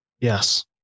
yes